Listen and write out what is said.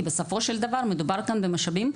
כי בסופו של דבר מדובר כאן במשאבים,